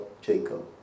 Jacob